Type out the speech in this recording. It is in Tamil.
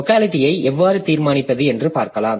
லோக்காலிட்டிஐ எவ்வாறு தீர்மானிப்பது என்று பார்க்கலாம்